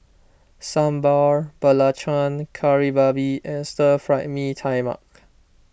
Sambal Belacan Kari Babi and Stir Fry Mee Tai Mak